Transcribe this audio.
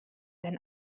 ein